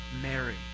Mary